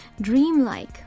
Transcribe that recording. dreamlike